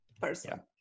person